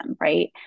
right